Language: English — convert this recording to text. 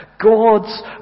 God's